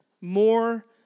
more